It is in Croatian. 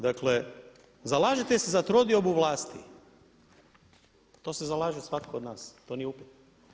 Dakle, zalažete se za trodiobu vlasti, to se zalaže svatko od nas, to nije upitno.